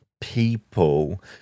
people